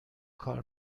کار